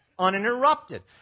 uninterrupted